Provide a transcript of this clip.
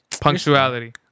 punctuality